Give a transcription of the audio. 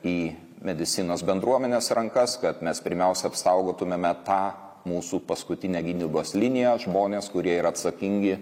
į medicinos bendruomenės rankas kad mes pirmiausia apsaugotumėme tą mūsų paskutinę gynybos liniją žmones kurie yra atsakingi